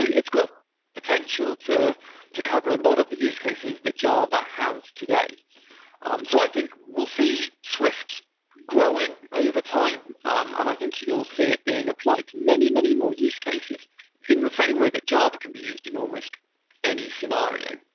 it's got potential to to cover a lot of the use cases that java has today um so i think we'll see swift growing overtime, um and i think you'll see it being applied to many, many more use cases in the same way that java can be used in almost any scenario,